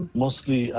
mostly